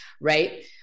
right